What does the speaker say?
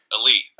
elite